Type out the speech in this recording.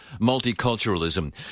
multiculturalism